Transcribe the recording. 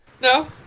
No